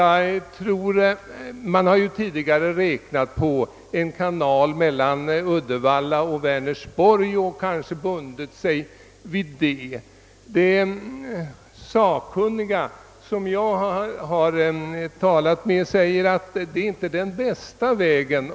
Man har ju tidigare räknat med en kanal mellan Uddevalla och Vänersborg och kanske bundit sig vid den planen. De sakkunniga som jag talat med anser att detta inte är den bästa lösningen.